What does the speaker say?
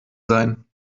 sein